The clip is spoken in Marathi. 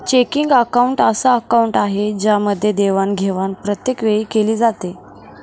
चेकिंग अकाउंट अस अकाउंट आहे ज्यामध्ये देवाणघेवाण प्रत्येक वेळी केली जाते